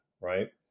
Right